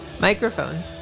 Microphone